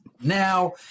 now